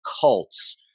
cults